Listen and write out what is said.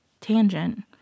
tangent